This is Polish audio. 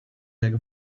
jak